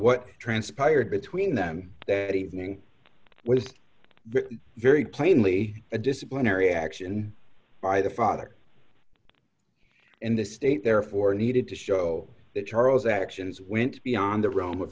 what transpired between them that evening with very plainly a disciplinary action by the father and the state therefore needed to show that charles actions went beyond the realm of